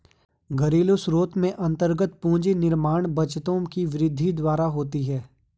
घरेलू स्रोत में अन्तर्गत पूंजी निर्माण बचतों की वृद्धि द्वारा होती है